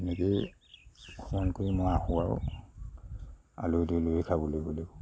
এনেকেই ফোন কৰি মই আহোঁ আৰু আলহী দুলহী খাবলৈ বুলি